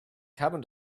carbon